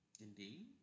Indeed